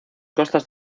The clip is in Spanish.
costas